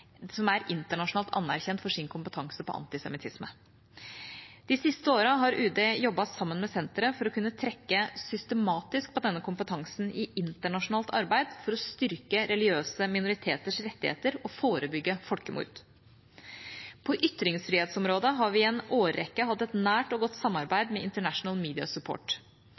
som er internasjonalt anerkjent for sin kompetanse på antisemittisme. De siste årene har UD jobbet sammen med senteret for å kunne trekke systematisk på denne kompetansen i internasjonalt arbeid for å styrke religiøse minoriteters rettigheter og forebygge folkemord. På ytringsfrihetsområdet har vi i en årrekke hatt et nært og godt samarbeid med International